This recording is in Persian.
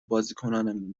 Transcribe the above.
بازیکنامون